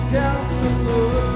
counselor